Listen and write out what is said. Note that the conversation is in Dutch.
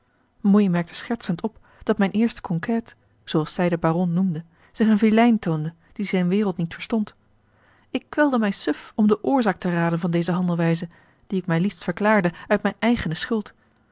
moei merkte schertsend op dat mijne eerste coquête zooals zij den baron noemde zich een vilein toonde die zijn wereld niet verstond ik kwelde mij suf om de oorzaak te raden van deze handelwijze die ik mij liefst verklaarde uit mijne eigene schuld